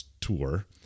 tour